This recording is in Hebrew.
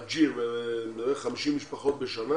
אלג'יר 50 משפחות בשנה